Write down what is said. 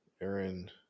Aaron